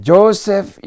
Joseph